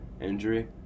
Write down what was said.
injury